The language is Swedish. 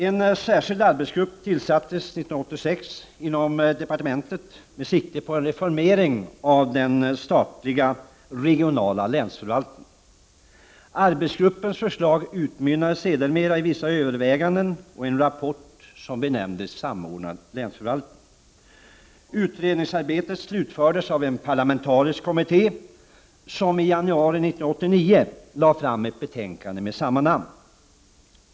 En särskild arbetsgrupp tillsattes 1986 inom departementet som skulle arbeta med sikte på en reformering av den statliga regionala länsförvaltningen. Arbetsgruppens förslag utmynnade sedermera i vissa överväganden och i en rapport benämnd Samordnad länsförvaltning. Utredningsarbetet slutfördes av en parlamentarisk kommitté, som i januari 1989 lade fram ett betänkande med samma namn.